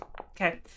okay